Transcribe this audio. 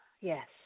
Yes